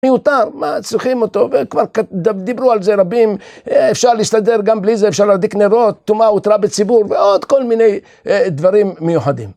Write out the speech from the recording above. מיותר, מה צריכים אותו, וכבר דיברו על זה רבים, אפשר להסתדר גם בלי זה, אפשר להרליק נרות, טומאה אותרה בציבור, ועוד כל מיני דברים מיוחדים.